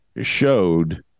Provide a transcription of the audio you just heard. showed